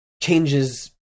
changes